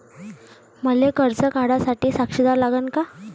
मले कर्ज काढा साठी साक्षीदार लागन का?